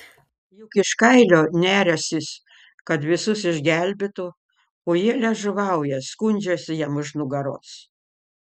juk iš kailio neriąsis kad visus išgelbėtų o jie liežuvauja skundžiasi jam už nugaros